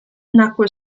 nacque